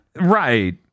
Right